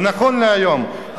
ונכון להיום,